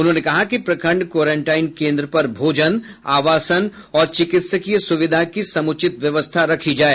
उन्होंने कहा कि प्रखंड क्वारंटाइन केंद्र पर भोजन आवासन और चिकित्सकीय सुविधा की समुचित व्यवस्था रखी जाय